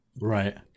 Right